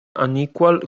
unequal